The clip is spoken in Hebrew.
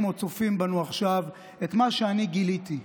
או צופים בנו עכשיו את מה שאני גיליתי.